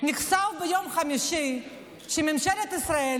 נחשף ביום חמישי שממשלת ישראל,